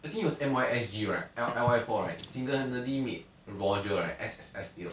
I think it was M_Y_S_G right I_L_Y four right single handedly made roger right S S S tier